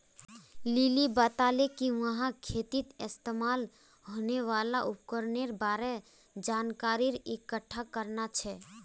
lily बताले कि वहाक खेतीत इस्तमाल होने वाल उपकरनेर बार जानकारी इकट्ठा करना छ